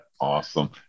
Awesome